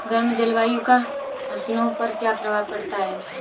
गर्म जलवायु का फसलों पर क्या प्रभाव पड़ता है?